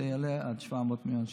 זה יעלה עד 700 מיליון שקל.